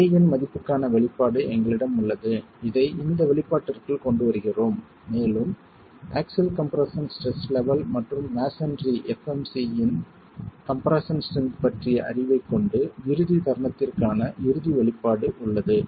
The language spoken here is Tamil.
a இன் மதிப்புக்கான வெளிப்பாடு எங்களிடம் உள்ளது இதை இந்த வெளிப்பாட்டிற்குள் கொண்டு வருகிறோம் மேலும் ஆக்ஸில் கம்ப்ரஸன் ஸ்ட்ரெஸ் லெவல் மற்றும் மஸோன்றி fmc இன் கம்ப்ரெஸ்ஸன் ஸ்ட்ரென்த் பற்றிய அறிவைக் கொண்டு இறுதி தருணத்திற்கான இறுதி வெளிப்பாடு உள்ளது